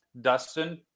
Dustin